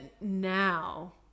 now